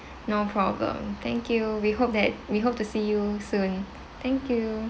no problem thank you we hope that we hope to see you soon thank you